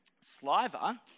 Sliver